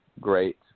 great